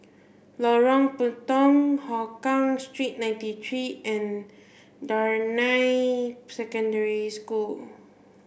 Lorong Puntong Hougang Street ninety three and Damai Secondary School